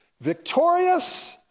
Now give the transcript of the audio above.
victorious